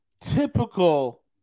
typical